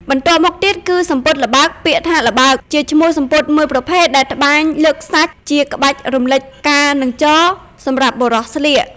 បន្ទាប់់មកទៀតគឺសំពត់ល្ប់ើកពាក្យថា«ល្បើក» ជាឈ្មោះសំពត់មួយប្រភេទដែលត្បាញលើកសាច់ ជាក្បាច់រំលេចផ្កានិងជរ, សម្រាប់បុរសស្លៀក។